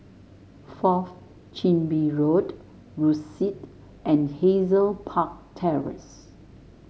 Fourth Chin Bee Road Rosyth and Hazel Park Terrace